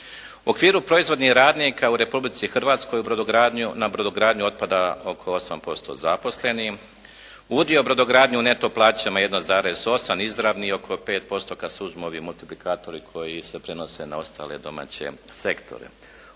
U okviru proizvodnih radnika u Republici Hrvatskoj u brodogradnju, na brodogradnju otpada oko 8% zaposlenih. Udio brodogradnje u neto plaćama 1,8. Izravni oko 5% kad se uzmu ovi multiplikatori koji se prenose na ostale domaće sektore.